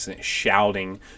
shouting